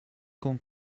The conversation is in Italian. con